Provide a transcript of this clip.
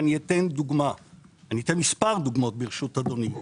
ואני אתן מספר דוגמאות ברשות אדוני.